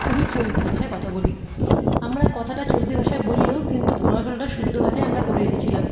খুবই চলতি ভাষায় কথা বলি আমরা কথাটা চলতি ভাষায় বললেও কিন্তু পড়াশোনাটা শুদ্ধ ভাষায় আমরা করে এসেছিলাম